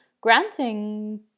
granting